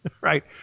Right